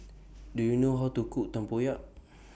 Do YOU know How to Cook Tempoyak